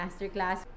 masterclass